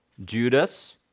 Judas